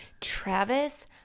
travis